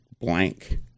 blank